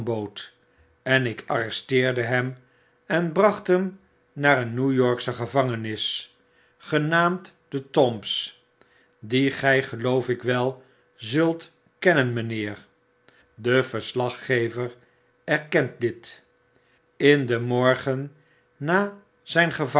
en ik arresteerde hem en bracht hem naar een new yorksche gevangenis genaamd de tombs die gj geloof ik wel zult kennen mijnheer de verslaggever erkent dit in den morgen na zyn